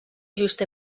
just